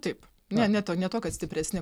taip ne ne to ne tuo kad stipresni